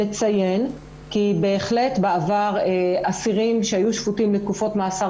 לציין כי בהחלט בעבר אסירים שהיו שפוטים לתקופות מאסר